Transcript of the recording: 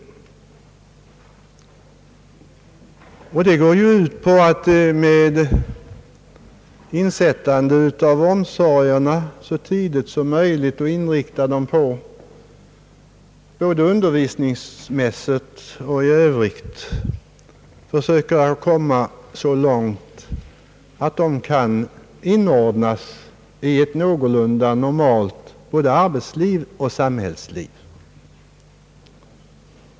Det går ju ut på att man skall sätta in omsorgerna så tidigt som möjligt och inrikta dem — både undervisningsmässigt och i övrigt — på att försöka komma så långt att de utvecklingsstörda kan inordnas i ett någorlunda normalt samhällsliv.